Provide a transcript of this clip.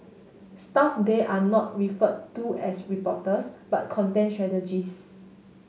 staff there are not referred to as reporters but content strategist